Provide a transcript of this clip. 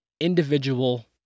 individual